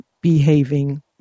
behaving